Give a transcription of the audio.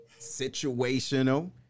situational